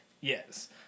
Yes